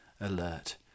alert